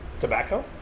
Tobacco